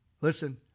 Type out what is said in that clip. Listen